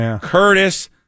Curtis